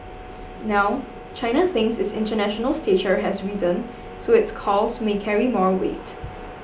now China thinks its international stature has risen so its calls may carry more weight